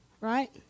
right